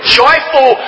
joyful